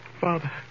Father